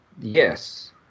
Yes